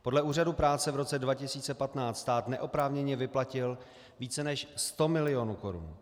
Podle Úřadu práce v roce 2015 stát neoprávněně vyplatil více než 100 milionů korun.